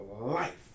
life